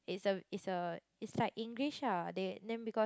is a is a it's like English lah they then because